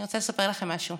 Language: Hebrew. אני רוצה לספר לכם משהו: